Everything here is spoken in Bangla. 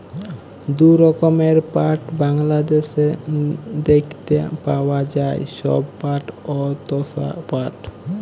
দু রকমের পাট বাংলাদ্যাশে দ্যাইখতে পাউয়া যায়, ধব পাট অ তসা পাট